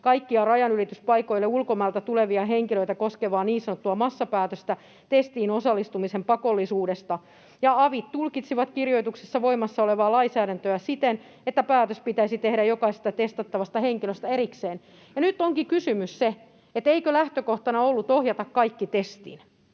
kaikkia rajanylityspaikoille ulkomailta tulevia henkilöitä — koskevaa niin sanottua massapäätöstä testiin osallistumisen pakollisuudesta, ja avit tulkitsivat kirjoituksessa voimassa olevaa lainsäädäntöä siten, että päätös pitäisi tehdä jokaisesta testattavasta henkilöstä erikseen. Ja nyt onkin kysymys se, eikö lähtökohtana ollut ohjata kaikki testiin,